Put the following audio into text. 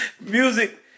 Music